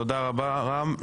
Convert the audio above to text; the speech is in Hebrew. תודה רבה, רם.